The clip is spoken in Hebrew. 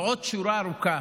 ועוד שורה ארוכה